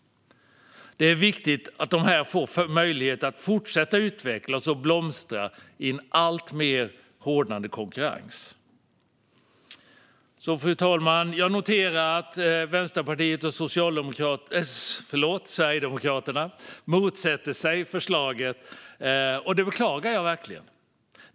Det är viktigt att dessa får möjlighet att utvecklas och blomstra i en alltmer hårdnande konkurrens. Fru talman! Jag noterar att Vänsterpartiet och Sverigedemokraterna motsätter sig förslaget. Det beklagar jag verkligen.